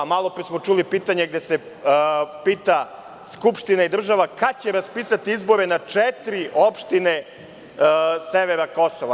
Malo pre smo čuli pitanje gde se pita Skupština i država kada će raspisati izbore na četiri opštine severa Kosova?